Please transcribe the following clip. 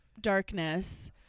darkness